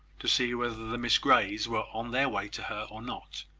to see whether the miss greys were on their way to her or not.